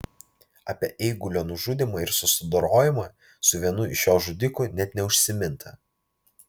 apie eigulio nužudymą ir susidorojimą su vienu iš jo žudikų net neužsiminta